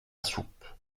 soupe